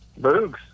Boogs